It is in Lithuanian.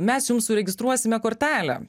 mes jum suregistruosime kortelę